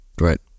right